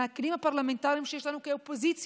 בכלים הפרלמנטריים שיש לנו כאופוזיציה,